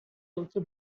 also